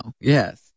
Yes